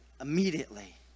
immediately